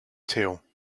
tale